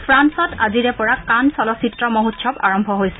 ফ্ৰান্সত আজিৰে পৰা কান চলচ্চিত্ৰ মহোৎসৱ আৰম্ভ হৈছে